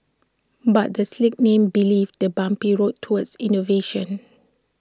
but the slick name belies the bumpy road towards innovation